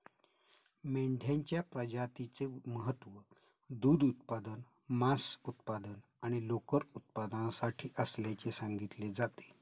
मेंढ्यांच्या प्रजातीचे महत्त्व दूध उत्पादन, मांस उत्पादन आणि लोकर उत्पादनासाठी असल्याचे सांगितले जाते